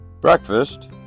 Breakfast